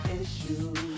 issues